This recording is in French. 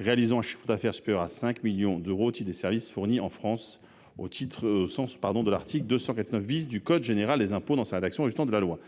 réalisant un chiffre d'affaires supérieur à 5 millions d'euros au titre des services fournis en France, au sens de l'article 299 du code général des impôts dans sa rédaction résultant de la loi